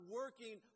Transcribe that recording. working